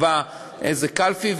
יקבע איזו קלפי,